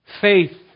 Faith